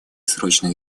срочных